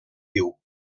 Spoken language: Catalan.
viu